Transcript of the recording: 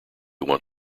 want